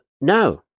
no